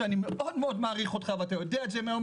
שאני מאוד מאוד מעריך אותך ואתה יודע את זה מהיום